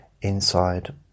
Inside